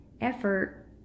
effort